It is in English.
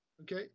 okay